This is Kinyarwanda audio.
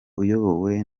uyobowe